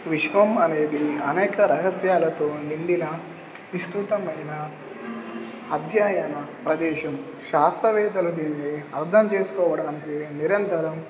విశ్వం అనేది అనేక రహస్యాలతో నిండిన విస్తృతమైన అధ్యయన ప్రదేశం శాస్త్రవేత్తలు దీనిని అర్థం చేసుకోవడానికి నిరంతరం